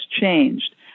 changed